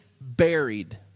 buried